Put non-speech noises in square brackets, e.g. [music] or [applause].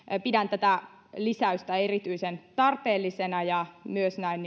pidän tätä lisäystä erityisen tarpeellisena ja myös näin [unintelligible]